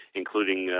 including